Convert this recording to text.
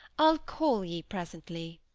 i'll call ye presently.